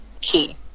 key